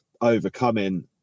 overcoming